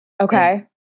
Okay